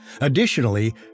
Additionally